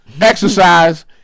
exercise